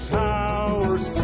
towers